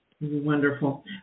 Wonderful